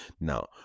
Now